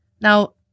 Now